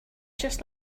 just